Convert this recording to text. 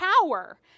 power